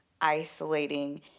isolating